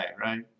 right